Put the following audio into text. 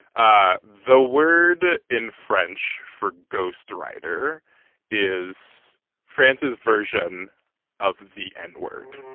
ah the word in french for ghostwriter is france's version of the n-word.